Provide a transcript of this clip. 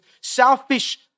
selfish